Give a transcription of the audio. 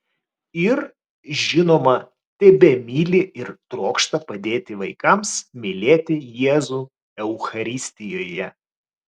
ir žinoma tebemyli ir trokšta padėti vaikams mylėti jėzų eucharistijoje